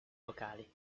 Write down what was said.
locali